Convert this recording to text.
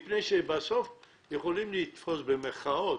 בסוף יכולים לתפוס אתכם, במירכאות,